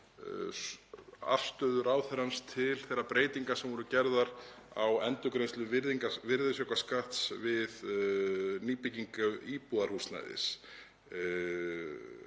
afstöðu ráðherrans til þeirra breytinga sem voru gerðar á endurgreiðslu virðisaukaskatts við nýbyggingu íbúðarhúsnæðis.